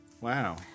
Wow